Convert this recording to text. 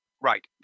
Right